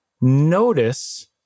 notice